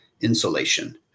insulation